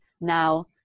now